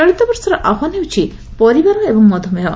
ଚଳିତବର୍ଷର ଆହ୍ୱାନ ହେଉଛି 'ପରିବାର ଏବଂ ମଧୁମେହ'